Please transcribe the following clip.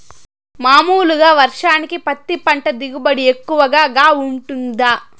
మామూలుగా వర్షానికి పత్తి పంట దిగుబడి ఎక్కువగా గా వుంటుందా?